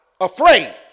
afraid